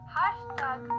hashtag